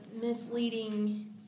misleading